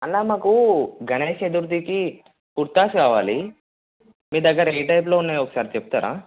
అన్న మాకు గణేష్ చతుర్ధికి కుర్తాస్ కావాలి మీ దగ్గర ఏ టైపులో ఉన్నాయో ఒకసారి చెప్తారా